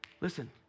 Listen